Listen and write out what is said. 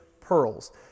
pearls